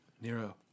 Nero